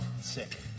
sick